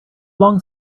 long